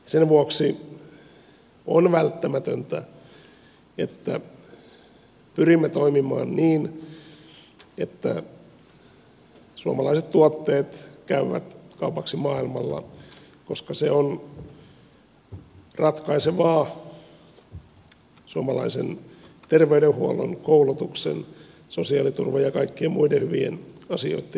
sen vuoksi on välttämätöntä että pyrimme toimimaan niin että suomalaiset tuotteet käyvät kaupaksi maailmalla koska se on ratkaisevaa suomalaisen terveydenhuollon koulutuksen sosiaaliturvan ja kaikkien muiden hyvien asioitten joita julkinen palvelutuotanto tuottaa kannalta